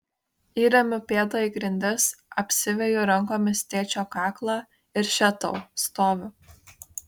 įremiu pėdą į grindis apsiveju rankomis tėčio kaklą ir še tau stoviu